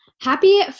Happy